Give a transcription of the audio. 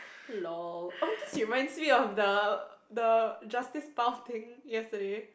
lol oh this reminds me of the the Justice Bao thing yesterday